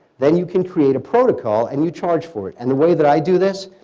then you can create a protocol and you charge for it. and the way that i do this,